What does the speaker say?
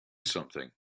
something